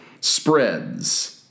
spreads